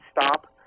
stop